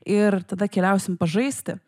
ir tada keliausim pažaisti